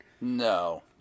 No